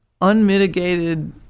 unmitigated